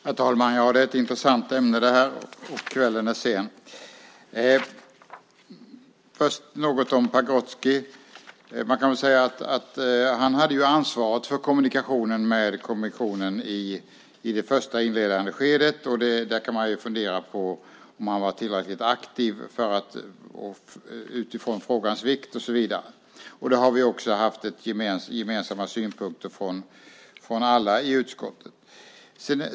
Herr talman! Det här är ett intressant ämne, men kvällen är sen. Först ska jag säga något om Pagrotsky. Han hade ansvaret för kommunikationen med kommissionen i det första inledande skedet. Där kan man fundera på om han var tillräckligt aktiv utifrån frågans vikt och så vidare. Det har vi också haft gemensamma synpunkter på från alla i utskottet.